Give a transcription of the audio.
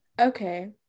Okay